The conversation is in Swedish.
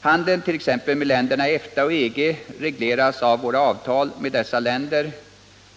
Handeln med t.ex. länderna i EFTA och EG regleras av våra avtal med dessa länder.